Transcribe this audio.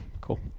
Cool